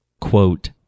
Quote